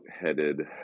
headed